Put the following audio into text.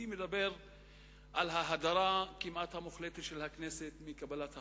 אני מדבר על ההדרה הכמעט-מוחלטת של הכנסת מקבלת החלטות,